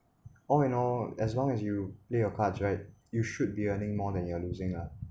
all in all as long as you play your cards right you should be earning more than you are losing ah